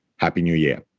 happy new year!